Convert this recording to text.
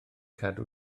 cadw